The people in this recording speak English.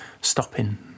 stopping